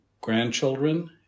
grandchildren